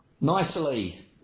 Nicely